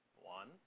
One